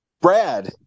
Brad